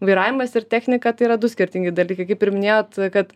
vairavimas ir technika tai yra du skirtingi dalykai kaip ir minėjot kad